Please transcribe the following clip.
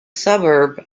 suburb